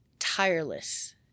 Tireless